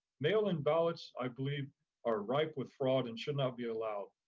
mail in ballots, i believe are rife with fraud and should not be allowed.